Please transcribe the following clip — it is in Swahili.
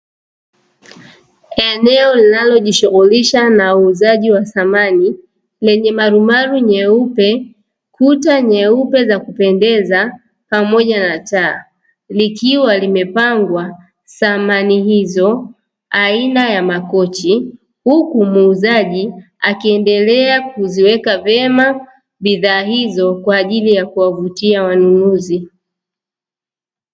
Eneo linalojishughulisha na uuzaji wa samani lenye marumaru nyeupe, kuta nyeupe za kupendeza, pamoja na taa; likiwa limepangwa samani hizo aina ya makochi, huku muuzaji akiendelea kuziweka vyema bidhaa hizo kwa ajili ya kuwavutia wanunuzi.